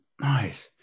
Nice